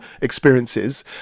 experiences